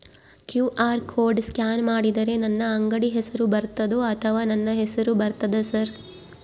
QR code scan ಮಾಡಿದರೆ ನನ್ನ ಅಂಗಡಿ ಹೆಸರು ಬರ್ತದೋ ಅಥವಾ ನನ್ನ ಹೆಸರು ಬರ್ತದ ಸರ್?